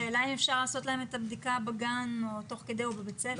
השאלה אם אפשר לעשות להם את הבדיקה בגן או בבית הספר תוך כדי.